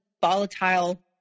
volatile